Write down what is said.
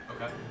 okay